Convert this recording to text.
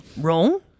wrong